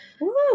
woo